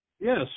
Yes